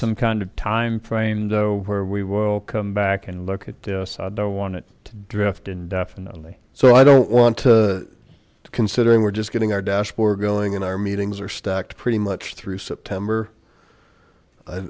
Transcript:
some kind of time frame where we will come back and look at it don't want it to draft indefinitely so i don't want to considering we're just getting our dashboard going in our meetings are stacked pretty much through september